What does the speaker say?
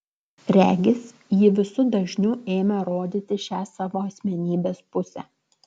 regis ji visu dažniu ėmė rodyti šią savo asmenybės pusę